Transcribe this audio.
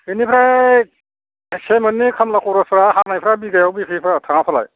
बेनिफ्राय सेमोननि खामला खर'सफोरा हानायफ्रा बिगायाव बेसे बारा थाङाफालाय